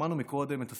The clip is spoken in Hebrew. שמענו מקודם את הסיפורים,